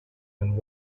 and